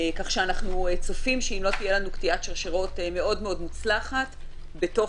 כך שאנחנו צופים שאם לא תהיה לנו קטיעת שרשראות מאוד מאוד מוצלחת בתוך